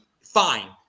fine